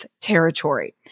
territory